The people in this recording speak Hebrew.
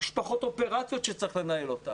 יש פחות אופרציות שצריך לנהל.